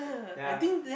ya